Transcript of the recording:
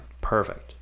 Perfect